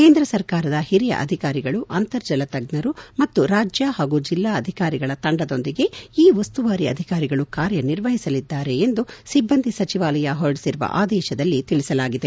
ಕೇಂದ್ರ ಸರ್ಕಾರದ ಹಿರಿಯ ಅಧಿಕಾರಿಗಳು ಅಂತರ್ಜಲ ತಜ್ಜರು ಮತ್ತು ರಾಜ್ಯ ಹಾಗೂ ಜಿಲ್ಲಾ ಅಧಿಕಾರಿಗಳ ತಂಡದೊಂದಿಗೆ ಈ ಉಸ್ತುವಾರಿ ಅಧಿಕಾರಿಗಳು ಕಾರ್ಯನಿರ್ವಹಿಸಲಿದ್ದಾರೆ ಎಂದು ಸಿಬ್ಲಂದಿ ಸಚಿವಾಲಯ ಹೊರಡಿಸಿರುವ ಆದೇಶದಲ್ಲಿ ತಿಳಿಸಲಾಗಿದೆ